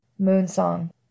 Moonsong